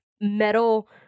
metal